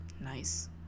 nice